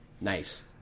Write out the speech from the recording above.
Nice